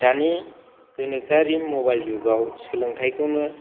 दानि गोनोखोआरि मबाइल जुगाव सोलोंथायखौनो